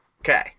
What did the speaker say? Okay